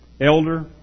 Elder